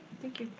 thank you.